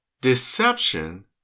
Deception